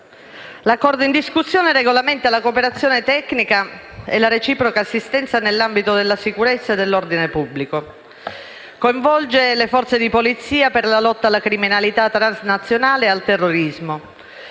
L'Accordo in discussione regolamenta la cooperazione tecnica e la reciproca assistenza nell'ambito della sicurezza e dell'ordine pubblico; coinvolge le forze di polizia per la lotta alla criminalità transnazionale ed al terrorismo.